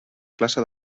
classe